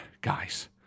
guys